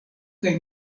kaj